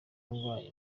ndwaye